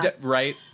Right